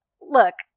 look